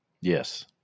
Yes